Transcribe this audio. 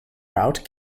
route